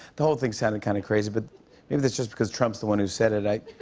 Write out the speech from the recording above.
the whole thing sounded kind of crazy. but maybe that's just because trump's the one who said it i